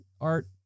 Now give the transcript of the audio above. art